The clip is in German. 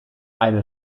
eine